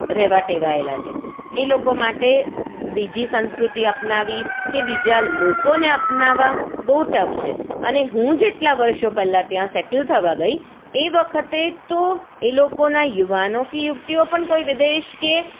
રહેવા ટેવાએલા છે એ લોકો માટે બીજી સંસ્કૃતિ અપનાવવી કે બીજા લોકોને અપનાવવા બહુ ટફ છે અને હું જેટલા વર્ષો પહેલાં ત્યાં સેટલ થવા ગઈ એ વખતે તો એ લોકોના યુવાનો કે યુવતીઓ પણ કોઈ વિદેશ કે